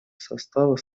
состава